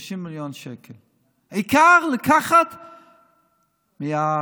30 מיליון שקל, העיקר לקחת מהחרדים.